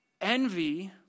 Envy